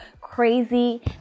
crazy